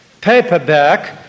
paperback